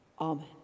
Amen